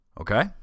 Okay